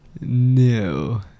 No